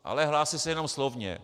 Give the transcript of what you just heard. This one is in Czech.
Ale hlásí se jenom slovně.